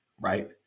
right